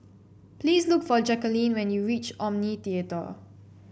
please look for Jackeline when you reach Omni Theatre